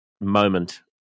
moment